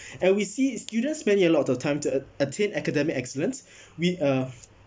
and we see students many a lot of time t~ uh attain academic excellence with uh